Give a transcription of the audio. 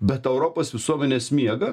bet europos visuomenės miega